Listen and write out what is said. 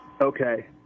Okay